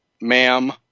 ma'am